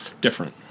different